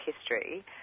history